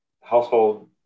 household